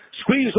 Squeeze